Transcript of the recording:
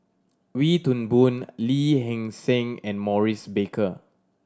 Wee Toon Boon Lee Hee Seng and Maurice Baker